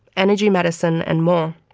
energy medicine and more.